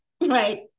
right